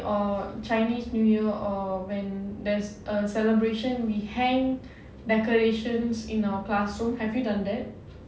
or chinese new year or when there's a celebration we hang decorations in our classroom have you done that